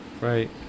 Right